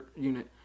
unit